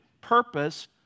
purpose